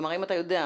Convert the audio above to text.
כלומר אם אתה יודע,